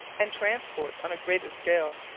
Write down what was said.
and transport on a greater scale.